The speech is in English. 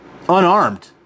unarmed